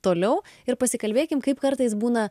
toliau ir pasikalbėkim kaip kartais būna